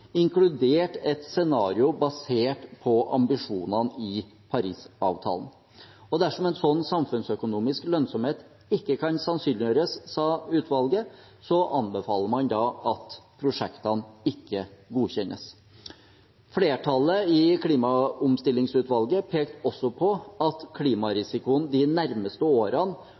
inkludert et scenario basert på ambisjonene i Parisavtalen. Og dersom en slik samfunnsøkonomisk lønnsomhet ikke sannsynliggjøres, sa utvalget, anbefaler man da at prosjektene ikke godkjennes. Flertallet i klimaomstillingsutvalget pekte også på at klimarisikoen de nærmeste årene